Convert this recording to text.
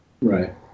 right